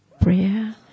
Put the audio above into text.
prayer